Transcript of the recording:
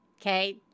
Okay